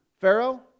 Pharaoh